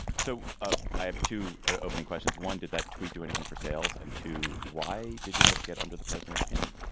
so ah i have two ah opening questions. one, did that tweet do anything for sales? and two, why did your book get under the president's skin?